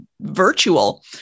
virtual